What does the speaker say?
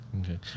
okay